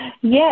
Yes